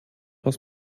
aus